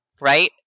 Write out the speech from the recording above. right